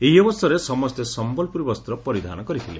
ଏହି ଅବସରରେ ସମସେ ସମ୍ୟଲପୁରୀ ବସ୍ତ ପରିଧାନ କରିଥିଲେ